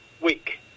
week